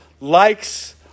likes